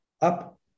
up